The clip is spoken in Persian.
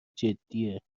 جدیه